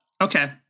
Okay